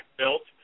built